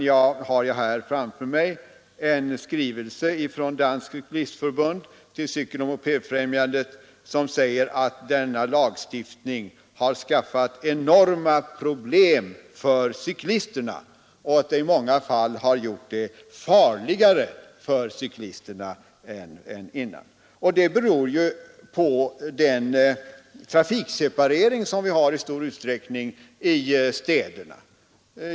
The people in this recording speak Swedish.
Jag har här framför mig en skrivelse från Dansk Cyklist Forbund till Cykeloch mopedfrämjandet som säger att denna lagstiftning har skapat enorma problem för cyklisterna och i många fall gjort det farligare för dem än tidigare. Det beror på den trafikseparering som vi har i stor utsträckning i städerna.